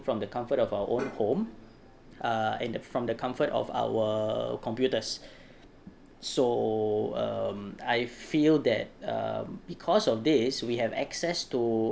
from the comfort of our own home uh and from the comfort of our computers so um I feel that err because of this we have access to